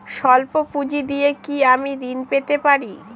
সল্প পুঁজি দিয়ে কি আমি ঋণ পেতে পারি?